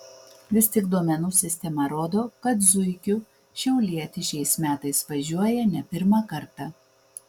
vis tik duomenų sistema rodo kad zuikiu šiaulietis šiais metais važiuoja ne pirmą kartą